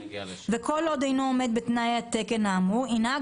וכל עוד אינו עומד בתנאי התקן האמור ינהג